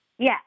Yes